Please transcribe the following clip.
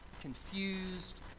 confused